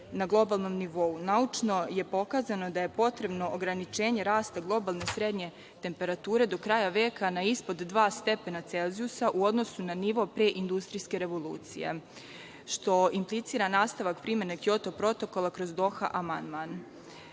na globalnom nivou. Naučno je pokazano da je potrebno ograničenje rasta globalne srednje temperature do kraja veka na ispod 2 stepena Celzijusa u odnosu na nivo pre industrijske revolucije, što implicira nastavak primene Kjoto protokola kroz Doha